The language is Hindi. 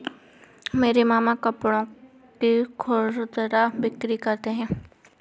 मेरे मामा कपड़ों की खुदरा बिक्री करते हैं